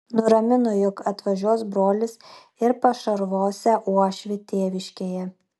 nuramino jog atvažiuos brolis ir pašarvosią uošvį tėviškėje